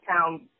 town